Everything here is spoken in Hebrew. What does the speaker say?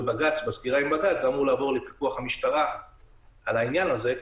ובסקירה עם בג"ץ זה אמור לעבור לפיקוח המשטרה על העניין הזה,